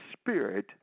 spirit